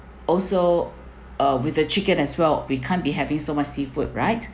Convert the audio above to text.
also uh with the chicken as well we can't be having so much seafood right